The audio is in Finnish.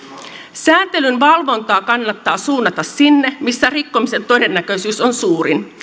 sääntelyn valvontaa kannattaa suunnata sinne missä rikkomisen todennäköisyys on suurin